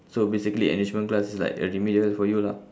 so basically enrichment class is like a remedial for you lah